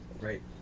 Right